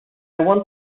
want